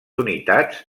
unitats